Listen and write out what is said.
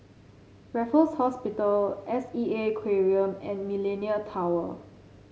Raffles Hospital S E A Aquarium and Millenia Tower